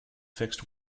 fixed